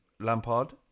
Lampard